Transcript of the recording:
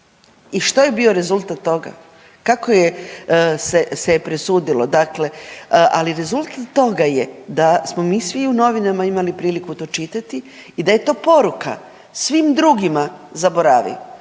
I što je bio rezultat toga? Kako se presudilo? Dakle, a rezultat toga je da smo mi svi u novinama imali priliku to čitati i da je to poruka svim drugima, zaboravi